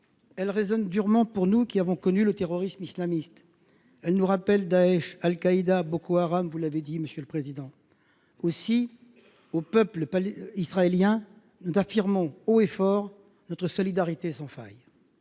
folie résonne durement pour nous qui avons connu le terrorisme islamiste. Elle nous rappelle Daech, Al-Qaïda et Boko Haram – vous l’avez dit, monsieur le président. Aussi, au peuple israélien, nous affirmons haut et fort notre solidarité sans faille.